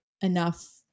enough